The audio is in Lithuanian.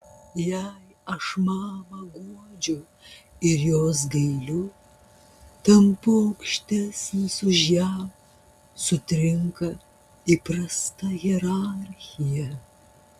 jei aš mamą guodžiu ir jos gailiu tampu aukštesnis už ją sutrinka įprasta hierarchija